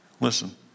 Listen